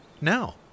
Now